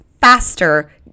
faster